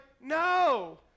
no